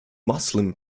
muslim